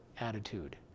attitude